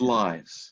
lives